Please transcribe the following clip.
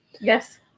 Yes